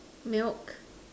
milk